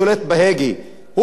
הוא צריך לתת את הדין.